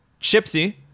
Chipsy